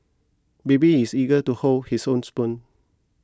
baby is eager to hold his own spoon